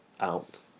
out